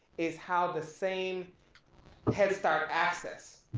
is how the same headstart access,